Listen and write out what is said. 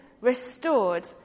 restored